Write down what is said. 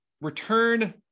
Return